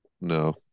No